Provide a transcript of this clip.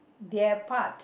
their part